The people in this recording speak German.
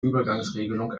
übergangsregelung